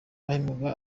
bahembwaga